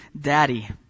daddy